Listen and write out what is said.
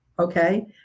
Okay